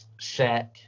Shaq